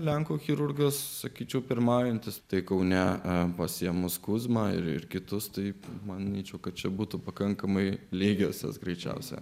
lenkų chirurgas sakyčiau pirmaujantis tai kaune a pasiėmus kuzmą ir kitus taip manyčiau kad čia būtų pakankamai lygiosios greičiausia